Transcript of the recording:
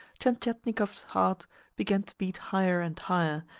tientietnikov's heart began to beat higher and higher,